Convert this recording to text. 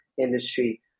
industry